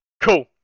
Cool